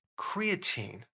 creatine